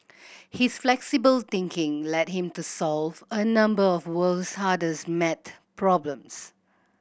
his flexible thinking led him to solve a number of world's hardest maths problems